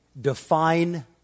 Define